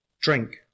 drink